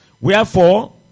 Wherefore